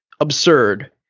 absurd